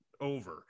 over